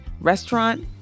restaurant